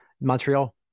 Montreal